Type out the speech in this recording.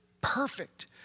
Perfect